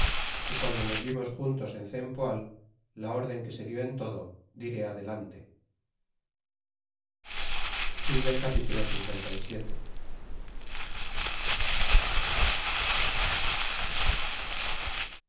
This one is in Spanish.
y guando nos vimos juntos en cempoal la ceden que se dió en todo diré adelante